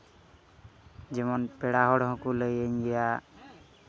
ᱡᱮᱢᱚᱱ ᱯᱮᱲᱟ ᱦᱚᱲ ᱦᱚᱸᱠᱚ ᱞᱟᱹᱭᱟᱹᱧ ᱜᱮᱭᱟ